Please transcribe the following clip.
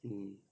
mm